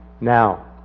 Now